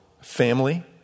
family